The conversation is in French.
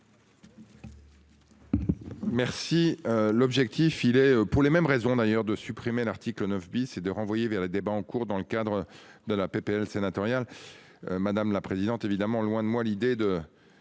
Merci. L'objectif il est, pour les mêmes raisons d'ailleurs de supprimer l'article 9 bis et de renvoyer vers les débats en cours dans le cadre de la PPL sénatoriale. Madame la présidente évidemment loin de moi l'idée de